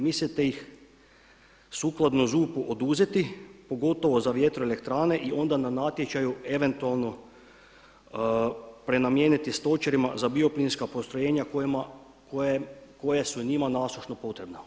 Mislite li ih sukladno ZUP-u oduzeti pogotovo za vjetroelektrane i onda na natječaju eventualno prenamijeniti stočarima za bioplinska postrojenja koje su njima nasušno potrebna?